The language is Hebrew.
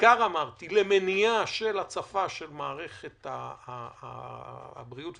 ובעיקר למניעה של הצפת מערכת הבריאות,